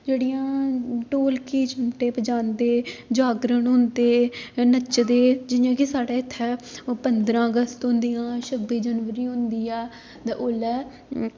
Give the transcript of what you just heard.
जेह्ड़ियां ढोलकी चिमटे बजांदे जागरन होंदे नचदे जियां कि साढ़ै इत्थे पंदरां अगस्त होंदियां छब्बी जनवरी होंदी ऐ ते ओल्लै